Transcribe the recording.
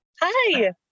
Hi